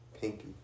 Pinky